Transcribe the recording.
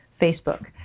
Facebook